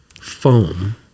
foam